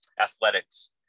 athletics